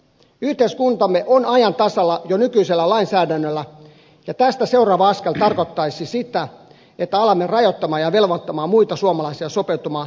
yhteiskuntamme on ajan tasalla jo nykyisellä lainsäädännöllä ja tästä seuraava askel tarkoittaisi sitä että alamme rajoittaa ja velvoittaa muita suomalaisia sopeutumaan seksuaalivähemmistöjen vaatimuksiin